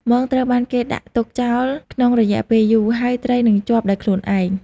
មងត្រូវបានគេដាក់ទុកចោលក្នុងរយៈពេលយូរ ហើយត្រីនឹងជាប់ដោយខ្លួនឯង។